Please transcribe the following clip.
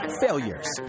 failures